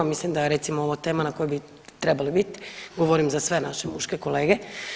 Mislim da je recimo ovo tema na kojoj bi trebali biti, govorim za sve naše muške kolege.